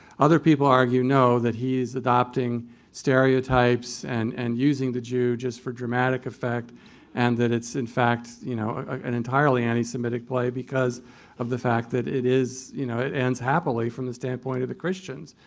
other people argue no, that he is adopting stereotypes and and using the jew just for dramatic effect and that it's, in fact, you know, an entirely anti-semitic play because of the fact that it is, you know, it ends happily from the standpoint of the christians,